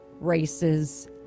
races